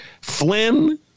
Flynn